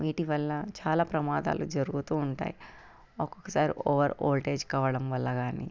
వీటి వల్ల చాలా ప్రమాదాలు జరుగుతూ ఉంటాయి ఒక్కొక్కసారి ఓవర్ ఓల్టేజ్ కావడం వల్ల కానీ